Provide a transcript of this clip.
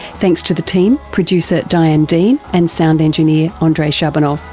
thanks to the team, producer diane dean and sound engineer ah andrei shabunov.